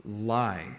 lie